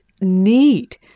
need